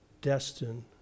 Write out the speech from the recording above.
destined